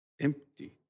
empty